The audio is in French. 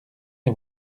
les